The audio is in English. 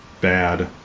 bad